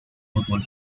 fútbol